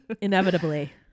Inevitably